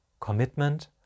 Commitment